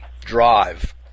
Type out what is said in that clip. drive